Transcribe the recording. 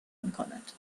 میکند